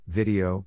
video